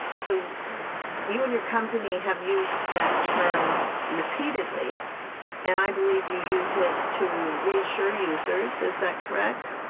so you and your company have used that term repeatedly and i believe you use it to reassure users, is that correct?